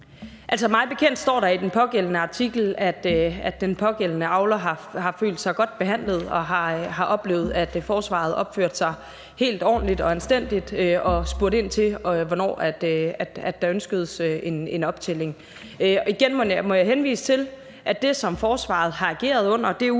Altså, mig bekendt står der i den pågældende artikel, at den pågældende avler har følt sig godt behandlet og har oplevet, at forsvaret har opført sig helt ordentligt og anstændigt og spurgte ind til, hvornår der ønskedes en optælling. Igen må jeg henvise til, at det, som forsvaret har ageret under, og det